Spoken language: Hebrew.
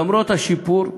למרות שיש שיפור בנתונים,